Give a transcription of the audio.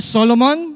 Solomon